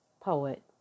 poet